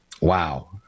Wow